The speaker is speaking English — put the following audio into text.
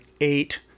eight